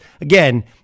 again